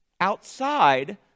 outside